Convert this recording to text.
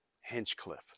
Hinchcliffe